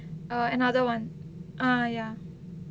err another one err ya